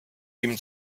ihm